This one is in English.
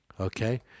Okay